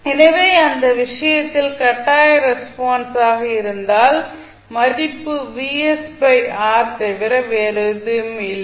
எனவே அந்த விஷயத்தில் கட்டாய ரெஸ்பான்ஸ் ஆக இருந்தால் மதிப்பு தவிர வேறு எதுவும் இல்லை